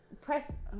Press